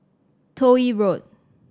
Toh Yi Road